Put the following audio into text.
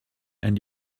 and